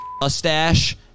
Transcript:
mustache